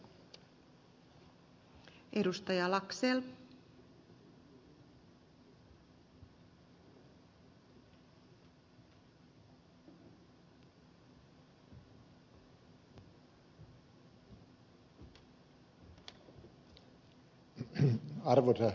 arvoisa rouva puhemies